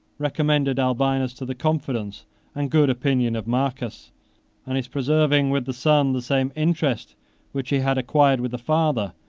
recommended albinus to the confidence and good opinion of marcus and his preserving with the son the same interest which he had acquired with the father,